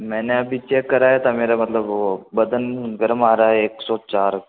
मैंने अभी चेक कराया था मेरा मतलब वो बदन गर्म आ रहा है एक सौ चार